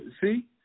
See